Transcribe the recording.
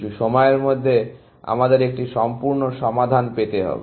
কিছু সময়ের মধ্যে আমাদের একটি সম্পূর্ণ সমাধান পেতে হবে